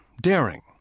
daring